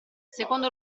secondo